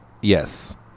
yes